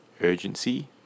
urgency